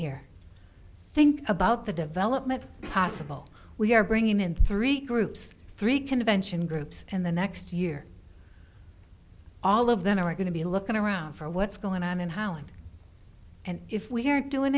here think about the development possible we are bringing in three groups three convention groups in the next year all of them are going to be looking around for what's going on in holland and if we are doing